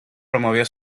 promovió